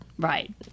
Right